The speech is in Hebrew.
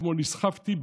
אתמול נסחפתי,